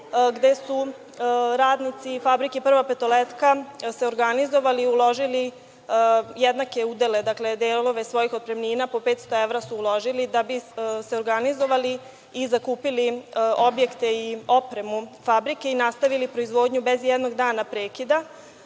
gde su se radnici fabrike „Prva petoletka“ organizovali, uložili jednake udele, delove svojih otpremnina, po 500 evra su uložili da bi se organizovali i zakupili objekte i opremu fabrike i nastavili proizvodnju bez ijednog dana prekida.